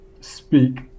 speak